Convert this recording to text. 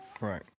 Right